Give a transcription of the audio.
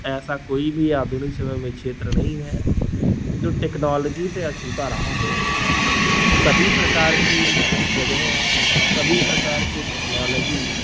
ऐसा कोई भी आधुनिक समय में क्षेत्र नहीं है जो टेक्नोलॉजी से अछूता रहा हो सभी प्रकार की जगह सभी प्रकार के टेक्नोलॉजी